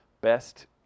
best –